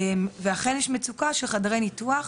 אכן יש מצוקה של חדרי ניתוח,